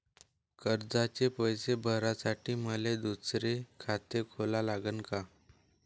कर्जाचे पैसे भरासाठी मले दुसरे खाते खोला लागन का?